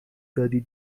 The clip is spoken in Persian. دادی